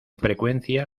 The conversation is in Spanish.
frecuencia